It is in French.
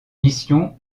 mission